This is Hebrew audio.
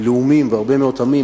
לאומים והרבה מאוד עמים,